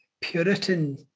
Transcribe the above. Puritan